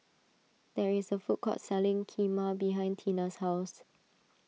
there is a food court selling Kheema behind Teena's house